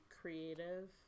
creative